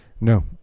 No